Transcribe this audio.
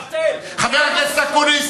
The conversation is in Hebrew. מה זה, לבטל, חבר הכנסת אקוניס.